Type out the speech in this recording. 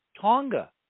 Tonga